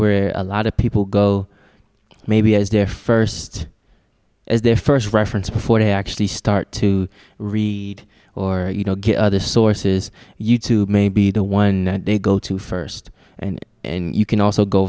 where a lot of people go maybe as their first as their first preference before they actually start to read or you know get other sources youtube may be the one they go to first and and you can also go